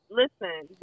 listen